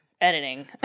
editing